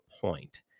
point